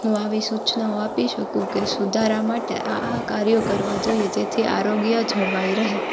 હું આવી સૂચનાઓ આપી શકું કે સુધારા માટે આ આ કાર્યો કરવા જોઈએ જેથી આરોગ્ય જળવાઈ રહે